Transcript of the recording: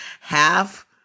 half